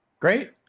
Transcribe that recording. Great